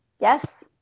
Yes